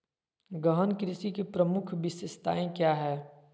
गहन कृषि की प्रमुख विशेषताएं क्या है?